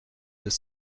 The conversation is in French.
deux